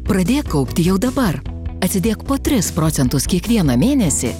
pradėk kaupti jau dabar atsidėk po tris procentus kiekvieną mėnesį